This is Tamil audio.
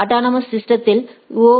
அட்டானமஸ் சிஸ்டதில் ஓ